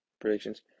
predictions